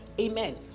amen